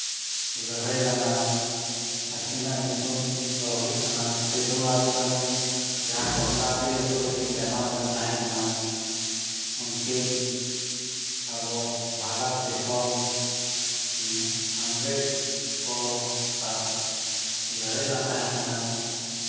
ᱠᱤᱱ ᱞᱟᱹᱲᱦᱟᱹᱭ ᱞᱮᱱᱟ ᱟᱹᱠᱤᱱᱟᱜ ᱧᱩᱛᱩᱢ ᱫᱚ ᱦᱩᱭᱩᱜ ᱠᱟᱱᱟ ᱥᱤᱫᱷᱩ ᱟᱨ ᱠᱟᱹᱱᱦᱩ ᱡᱟᱦᱟᱸᱭ ᱵᱷᱚᱜᱽᱱᱟᱰᱤ ᱟᱛᱳ ᱮᱠᱤᱱ ᱡᱟᱱᱟᱢ ᱞᱮᱱ ᱛᱟᱦᱮᱸ ᱠᱟᱱᱟ ᱩᱱᱠᱤᱱ ᱟᱵᱚ ᱵᱷᱟᱨᱚᱛ ᱫᱤᱥᱚᱢ ᱤᱝᱨᱮᱡᱽ ᱠᱚ ᱥᱟᱜ ᱠᱤᱱ ᱞᱟᱹᱲᱦᱟᱹᱭ ᱞᱮᱱ ᱛᱟᱦᱮᱸ ᱠᱟᱱᱟ